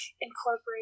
incorporate